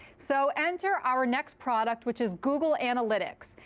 so enter our next product, which is google analytics.